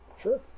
Sure